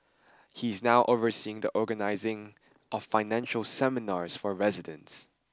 he is now overseeing the organising of financial seminars for residents